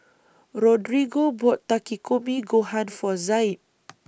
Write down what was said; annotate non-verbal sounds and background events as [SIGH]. Rodrigo bought Takikomi Gohan For Zaid [NOISE]